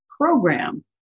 program